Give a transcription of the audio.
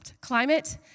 climate